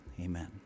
Amen